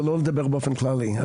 ולא לדבר באופן כללי.